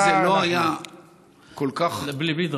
אם זה לא היה כל כך עצוב,